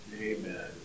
Amen